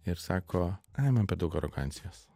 ir sako ai man per daug arogancijos